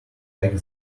back